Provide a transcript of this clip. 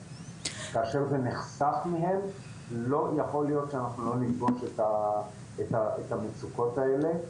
זה נחסך מהם לא יכול להיות שאנחנו לא נפגוש את המצוקות האלה.